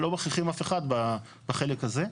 לא מכריחים אף אחד בחלק הזה.